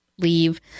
leave